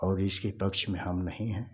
और इसके पक्ष में हम नहीं हैं